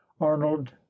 arnold